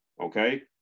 Okay